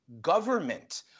government